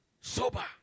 Sober